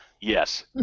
Yes